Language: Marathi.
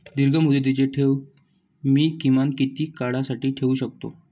दीर्घमुदतीचे ठेव मी किमान किती काळासाठी ठेवू शकतो?